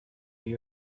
you